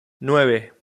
nueve